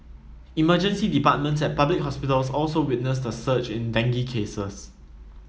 emergency departments at public hospitals also witnessed a surge in dengue cases